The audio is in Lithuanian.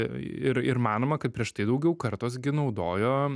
ir ir manoma kad prieš tai daugiau kartos gi naudojo